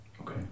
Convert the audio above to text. Okay